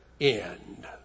end